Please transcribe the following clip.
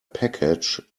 package